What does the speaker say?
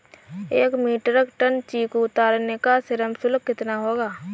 एक metric ton चीकू उतारने का श्रम शुल्क कितना होगा?